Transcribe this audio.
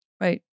Right